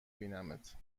بینمت